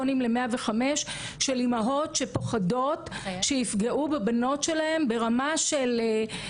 ולכן אני חושבת שגם מבחינת חברות הטכנולוגיה,